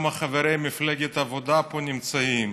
כמה ממפלגת העבודה פה נמצאים,